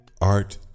art